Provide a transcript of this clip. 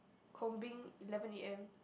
combing eleven A_M